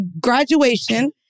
graduation